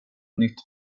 nytt